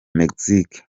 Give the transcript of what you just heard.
mexique